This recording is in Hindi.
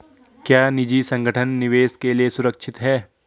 क्या निजी संगठन निवेश के लिए सुरक्षित हैं?